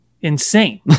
insane